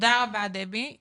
תודה רבה, דבי.